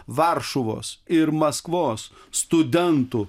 varšuvos ir maskvos studentų